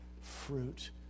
fruit